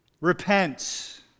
Repent